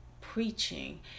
preaching